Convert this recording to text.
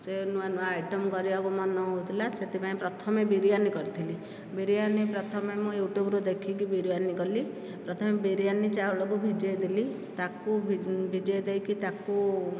ସିଏ ନୂଆ ନୂଆ ଆଇଟମ୍ କରିବାକୁ ମନ ହେଉଥିଲା ସେଥିପାଇଁ ପ୍ରଥମେ ବିରିୟାନି କରିଥିଲି ବିରିୟାନି ମୁଁ ପ୍ରଥମେ ୟୁଟୁବରୁ ଦେଖିକି ମୁଁ ବିରିୟାନି କଲି ପ୍ରଥମେ ବିରିୟାନି ଚାଉଳକୁ ଭିଜେଇଦେଲି ତାକୁ ଭିଜେଇ ଦେଇକି ତାକୁ